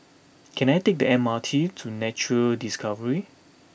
can I take the M R T to Nature Discovery